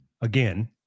Again